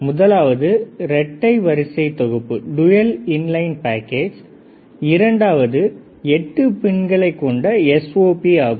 முதலாவது இரட்டை வரிசை தொகுப்பு இரண்டாவது 8 பின்களை கொண்ட எஸ்ஓபி ஆகும்